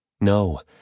No